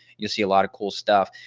you'll see a lot of cool stuff.